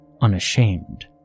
unashamed